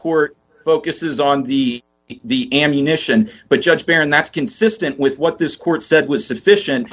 court focuses on the the ammunition but judge baron that's consistent with what this court said was sufficient